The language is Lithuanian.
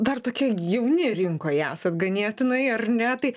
dar tokie jauni rinkoje esant ganėtinai ar ne tai